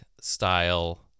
style